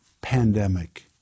pandemic